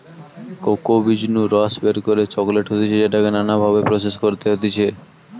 cocoa বীজ নু রস বের করে চকলেট হতিছে যেটাকে নানা ভাবে প্রসেস করতে হতিছে